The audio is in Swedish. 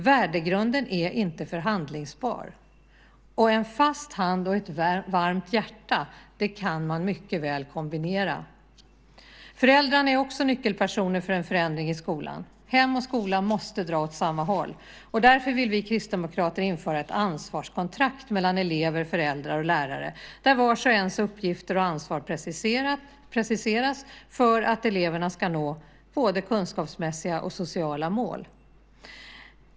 Värdegrunden är inte förhandlingsbar, och en fast hand och ett varmt hjärta kan man mycket väl kombinera. Föräldrarna är också nyckelpersoner för en förändring i skolan. Hem och skola måste dra åt samma håll, och därför vill vi kristdemokrater införa ett ansvarskontrakt mellan elever, föräldrar och lärare, där vars och ens uppgifter och ansvar preciseras för att eleverna ska nå både kunskapsmässiga och sociala mål.